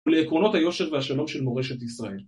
ולעקרונות היושב והשלום של מורשת ישראל.